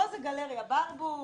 פה זה גלריה ברבור,